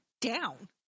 down